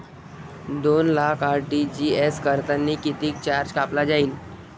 दोन लाख आर.टी.जी.एस करतांनी कितीक चार्ज कापला जाईन?